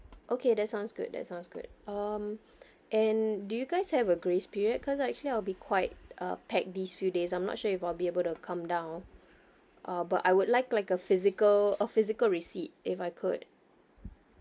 okay that sounds good that sounds good um and do you guys have a grace period because actually I'll be quite uh packed these few days I'm not sure if I'll be able to come down uh but I would like like a physical a physical receipt if I could